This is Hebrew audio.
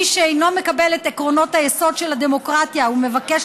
מי שאינו מקבל את עקרונות היסוד של הדמוקרטיה ומבקש